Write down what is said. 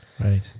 Right